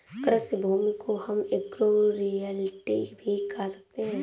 कृषि भूमि को हम एग्रो रियल्टी भी कह सकते है